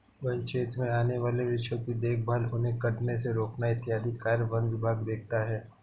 वन्य क्षेत्र में आने वाले वृक्षों की देखभाल उन्हें कटने से रोकना इत्यादि कार्य वन विभाग देखता है